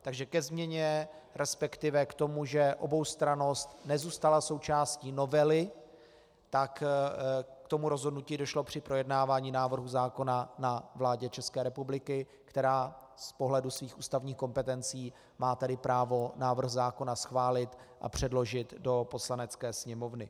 Takže ke změně, resp. k tomu, že oboustrannost nezůstala součástí novely, tak k tomu rozhodnutí došlo při projednávání návrhu zákona na vládě České republiky, která z pohledu svých ústavních kompetencí má tedy právo návrh zákona schválit a předložit do Poslanecké sněmovny.